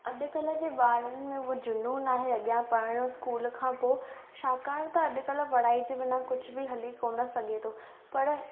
अॼु कल्ह जे ॿारनि में हो जूनूनु आहे अॻियां पढ़ण यो स्कूल खां पोइ छाकाणि ता अॼु कल्ह पढ़ाइ जे बिना कुझु बि हली कोन सघे थो पर